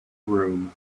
room